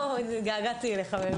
התגעגעתי אליך.